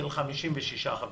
של 56 חברים,